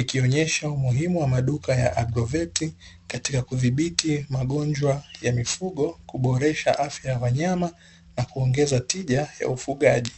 ikionyesha umuhimu wa maduka ya ''agrovet'' katika kudhibiti magonjwa ya mifugo kuboresha afya ya wanyama na kuongeza tija ya ufugaji.